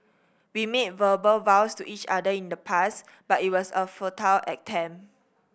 we made verbal vows to each other in the past but it was a futile attempt